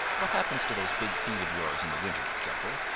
what happens to those big feet of yours in the winter, jumper?